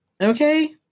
okay